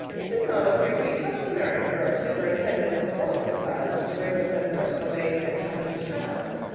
it does not appear to be customary for superintendents of orphan asylums to bring with them personal maids and chinese chows.